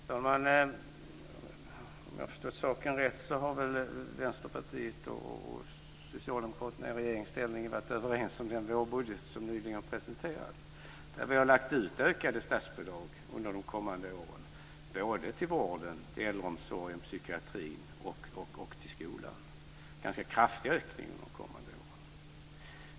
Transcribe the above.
Fru talman! Om jag förstår saken rätt har väl Vänsterpartiet och Socialdemokraterna i regeringsställning varit överens om den vårbudget som nyligen presenterats och där vi har lagt ut ökade statsbidrag under de kommande åren till vården, äldreomsorgen, psykiatrin och skolan. Det handlar om en ganska kraftig ökning för de kommande åren.